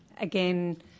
Again